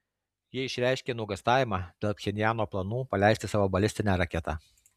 jie išreiškė nuogąstavimą dėl pchenjano planų paleisti savo balistinę raketą